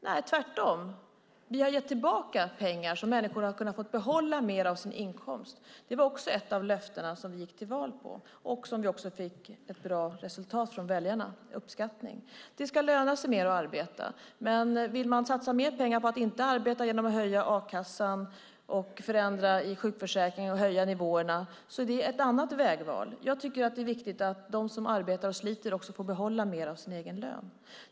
Vi har tvärtom gett tillbaka pengar så att människor har fått behålla mer av sin inkomst. Det var ett av de löften vi gick till val på och som vi fick uppskattning för av väljarna. Det ska löna sig mer att arbeta. Om man vill satsa mer pengar på att inte arbeta genom att höja a-kassan, förändra i sjukförsäkringen och höja nivåerna är det ett annat vägval. Jag tycker att det är viktigt att de som arbetar och sliter får behålla mer av sin lön.